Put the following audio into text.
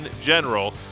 general